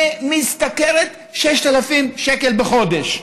ומשתכרת 6,000 שקלים בחודש.